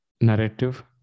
narrative